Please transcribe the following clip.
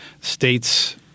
states